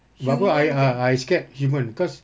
buat apa I ah I scared human because